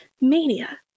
mania